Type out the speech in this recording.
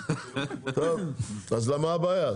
אז מה הבעיה?